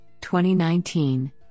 2019